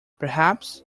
perhaps